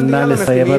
נא לסיים,